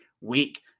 week